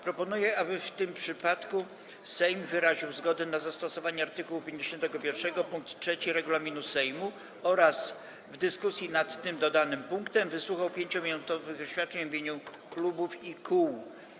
Proponuję, aby w tym przypadku Sejm wyraził zgodę na zastosowanie art. 51 pkt 3 regulaminu Sejmu oraz w dyskusji nad dodanym punktem wysłuchał 5-minutowych oświadczeń w imieniu klubów i kół.